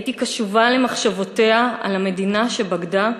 הייתי קשובה למחשבותיה על המדינה שבגדה,